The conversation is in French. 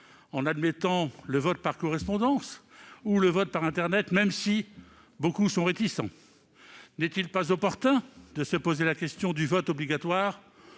en admettant le vote par correspondance ou le vote par internet, même si beaucoup y sont réticents ? Ne faudrait-il pas se poser la question du vote obligatoire